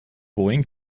boeing